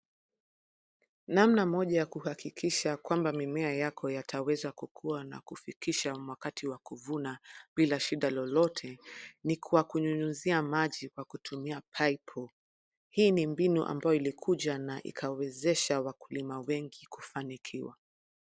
Namna moja ya kuhakikisha kwamba mimea yako yataweza kukua na kufukisha wakati wa kuvuna bila shida lolote, ni kwa kunyunyizia maji kwa kutumia paipu. Hii ni mbinu ambayo ilikuja na ikawezesha wakulima wengi kufanikiwa.